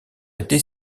été